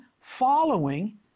following